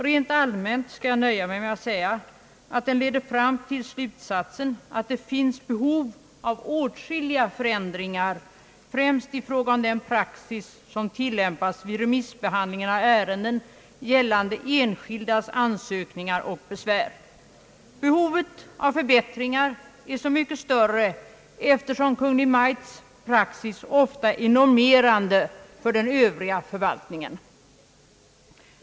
Rent allmänt skall jag nöja mig med att säga att den lett fram till den slutsatsen att det finns behov av åtskilliga förändringar, främst i fråga om den praxis som tillämpas vid remissbehandlingen av ärenden gällande enskildas ansökningar och besvär. Behovet av förbättringar är så mycket större som Kungl. Maj:ts praxis ofta är normerande för den övriga förvaltningen.